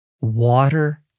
Water